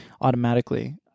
automatically